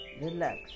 relax